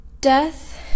Death